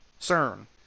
CERN